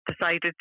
decided